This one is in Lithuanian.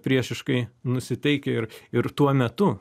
priešiškai nusiteikę ir ir tuo metu